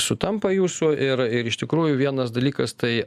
sutampa jūsų ir ir iš tikrųjų vienas dalykas tai